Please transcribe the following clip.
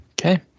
Okay